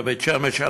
בבית-שמש,